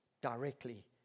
directly